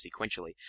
sequentially